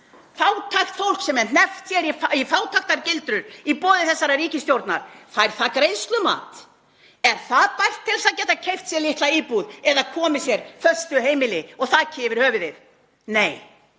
Fátækt fólk sem er hneppt í fátæktargildru í boði þessarar ríkisstjórnar, fær það greiðslumat? Er það bært til þess að geta keypt sér litla íbúð eða komið sér upp föstu heimili og þaki yfir höfuðið? Nei,